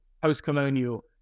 post-colonial